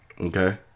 okay